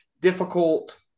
difficult